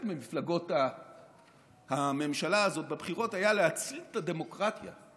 ממפלגות הממשלה הזאת בבחירות הייתה "להציל את הדמוקרטיה".